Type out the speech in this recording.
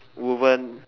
woven